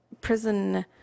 prison